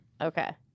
Okay